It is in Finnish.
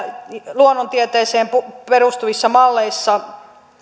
luonnontieteeseen perustuvissa malleissa